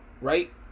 right